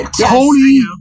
Tony